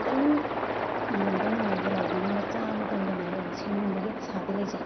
ꯈꯤꯇꯪ ꯌꯦꯡꯕ ꯅꯨꯡꯉꯥꯏꯕ ꯂꯥꯏꯕ꯭ꯔꯦꯔꯤ ꯃꯆꯥ ꯑꯃꯇꯪ ꯂꯅꯥꯏ ꯑꯣꯏꯅ ꯁꯦꯝꯅꯤꯡꯕꯒꯤ ꯑꯁꯥꯗꯤ ꯂꯩꯖꯩ